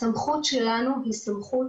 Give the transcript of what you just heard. הסמכות שלנו היא סמכות